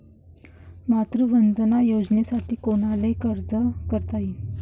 मातृवंदना योजनेसाठी कोनाले अर्ज करता येते?